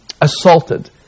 Assaulted